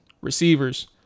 receivers